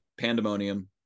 Pandemonium